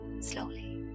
slowly